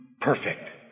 Perfect